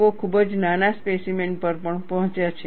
લોકો ખૂબ જ નાના સ્પેસીમેન પર પણ પહોંચ્યા છે